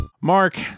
Mark